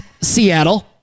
Seattle